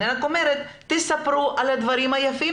אני רק אומרת שתספרו על הדברים היפים